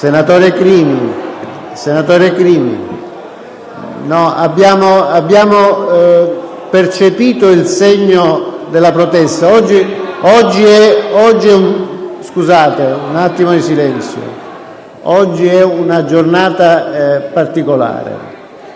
Senatore Crimi, abbiamo percepito il segno della protesta. *(Commenti)*. Oggi è una giornata particolare,